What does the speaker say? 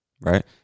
right